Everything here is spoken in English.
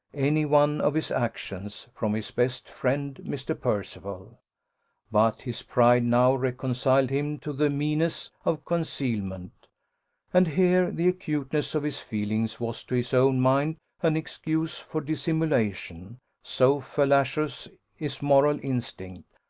any one of his actions, from his best friend, mr. percival but his pride now reconciled him to the meanness of concealment and here, the acuteness of his feelings was to his own mind an excuse for dissimulation so fallacious is moral instinct,